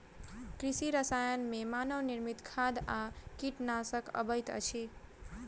कृषि रसायन मे मानव निर्मित खाद आ कीटनाशक अबैत अछि